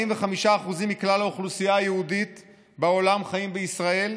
45% מכלל האוכלוסייה היהודית בעולם חיים בישראל,